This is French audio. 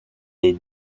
est